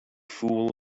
fool